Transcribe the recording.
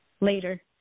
later